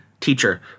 teacher